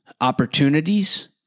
opportunities